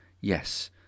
Yes